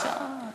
אפשר.